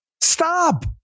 Stop